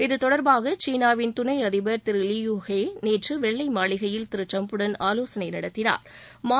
இது தொடர்பாக சீனாவின் துணை அதிபர் திரு லியூ ஹே நேற்று வெள்ளை மாளிகையில் திரு டிரம்புடன் ஆலோசனை நடத்தினார்